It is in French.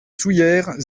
soullieres